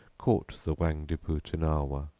caught the whangdepootenawah!